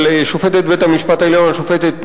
שופטת בית-המשפט העליון השופטת פרוקצ'יה,